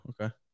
okay